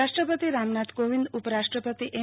રાષ્ટ્રપતિ રામનાથ કોવિંદ ઉપરાષ્ટ્રપતિ એમ